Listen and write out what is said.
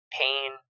pain